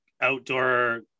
outdoor